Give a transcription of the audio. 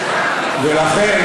ולכן,